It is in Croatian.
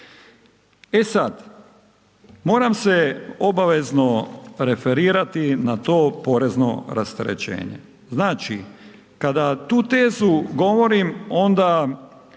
E sada, moram se obavezno referirati na to porezno rasterećenje. Znači kada tu tezu govorim onda